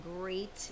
great